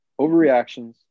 overreactions